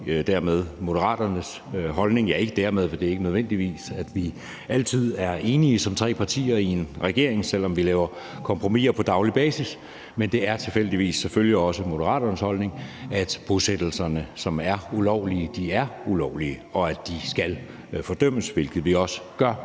også Moderaternes holdning – eller ikke »dermed«, for vi er ikke nødvendigvis altid enige som tre partier i en regering, selv om vi laver kompromiser på daglig basis. Men det er tilfældigvis og selvfølgelig også Moderaternes holdning, at bosættelserne, som er ulovlige, er ulovlige, og at de skal fordømmes, hvilket vi også gør.